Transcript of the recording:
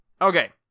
okay